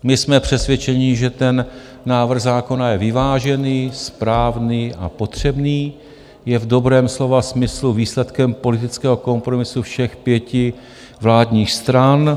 My jsme přesvědčeni, že návrh zákona je vyvážený, správný a potřebný, je v dobrém slova smyslu výsledkem politického kompromisu všech pěti vládních stran.